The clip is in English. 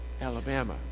Alabama